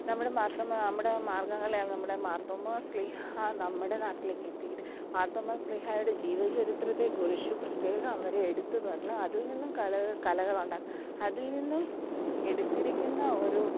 നമ്മുടെ മാർത്തോമ്മ നമ്മുടെ മാർഗംകളി നമ്മുടെ മാർത്തോമ്മ സ്ലിഹാ നമ്മുടെ നാട്ടിലേക്ക് എത്തി മാർത്തോമാ സ്ലിഹായുടെ ജീവചരിത്രത്തെക്കുറിച്ച് പ്രത്യേകം അവർ എടുത്ത് പറഞ്ഞ് അതിൽനിന്നും കലകൾ കലകൾ ഉണ്ടാക്കി അതിൽനിന്നും എടുത്തിരിക്കുന്ന ഒരു